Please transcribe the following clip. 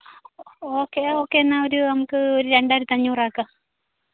okay okay എന്നാൽ ഒരു നമുക്ക് ഒര് രണ്ടായിരത്തി അഞ്ഞൂറ് ആക്കാം